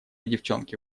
девчонки